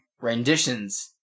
Renditions